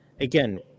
Again